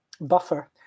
buffer